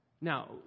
Now